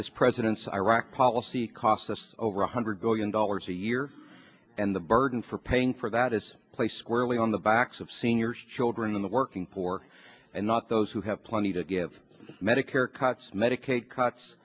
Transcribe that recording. this president's iraq policy cost us over one hundred billion dollars a year and the burden for paying for that is placed squarely on the backs of seniors children in the working poor and not those who have plenty to give medicare cuts medicaid cuts